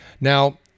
Now